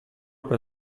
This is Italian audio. open